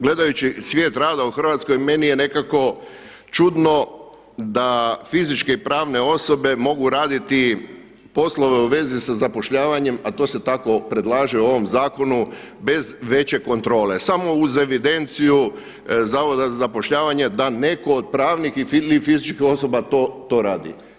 Gledajući svijet rada u Hrvatskoj meni je nekako čudno da fizičke i pravne osobe mogu raditi poslove u vezi sa zapošljavanjem a to se tako predlaže u ovom zakonu bez veće kontrole samo uz evidenciju Zavoda za zapošljavanje da netko od pravnih ili fizičkih osoba to radi.